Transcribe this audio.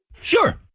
Sure